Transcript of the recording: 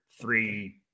three